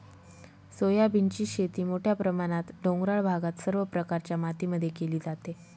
सोयाबीनची शेती मोठ्या प्रमाणात डोंगराळ भागात सर्व प्रकारच्या मातीमध्ये केली जाते